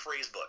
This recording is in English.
Phrasebook